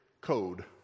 code